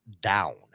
down